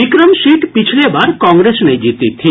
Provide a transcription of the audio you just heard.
Bikram seat पिछले बार कांग्रेस ने जीती थी